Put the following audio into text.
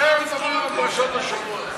פרשת השבוע,